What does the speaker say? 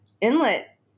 Inlet